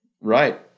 Right